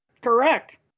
Correct